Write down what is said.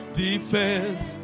defense